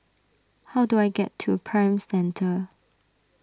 how do I get to Prime Centre